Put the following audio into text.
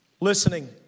Listening